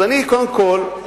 אז אני קודם כול,